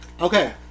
Okay